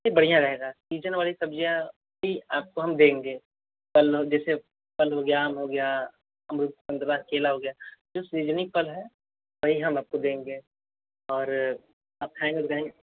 नहीं बढ़िया रहेगा सीजन वाली सब्ज़ियाँ ही आपको हम देंगे फल उल जैसे फल हो गया आम हो गया अमरूद संतरा केला हो गया है जो सीजनी फल है वही हम आपको देंगे और आप खाएँगे तो कहेंगे